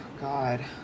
God